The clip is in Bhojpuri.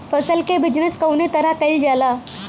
फसल क बिजनेस कउने तरह कईल जाला?